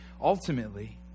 ultimately